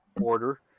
order